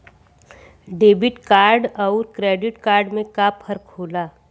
Debit card अउर credit card में का फर्क होला?